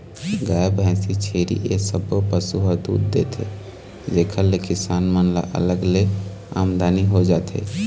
गाय, भइसी, छेरी ए सब्बो पशु ह दूद देथे जेखर ले किसान मन ल अलग ले आमदनी हो जाथे